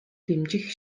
дэмжих